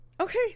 okay